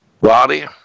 body